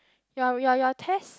your your your test